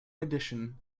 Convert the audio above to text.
addition